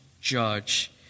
judge